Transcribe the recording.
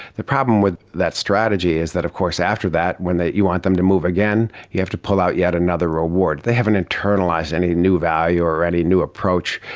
the problem with that strategy is that of course after that when you want them to move again you have to pull out yet another reward. they haven't internalised any new value or any new approach.